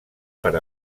per